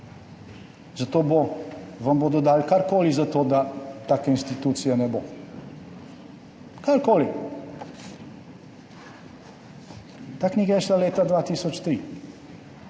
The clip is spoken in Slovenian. Zato vam bodo dali karkoli za to, da take institucije ne bo, karkoli. Ta knjiga je izšla leta 2003.